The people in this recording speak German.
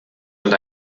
und